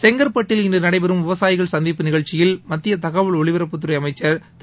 செங்கற்பட்டில் இன்று நடைபெறும் விவசாயிகள் சந்திப்பு நிகழ்ச்சியில் மத்திய தகவல் ஒலிபரப்புத் துறை அமைச்சர் திரு